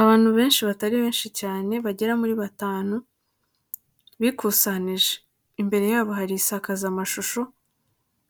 Abantu benshi batari benshi cyane bagera muri batanu, bikusanyije, imbere yabo hari insakazamashusho